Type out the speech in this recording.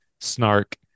snark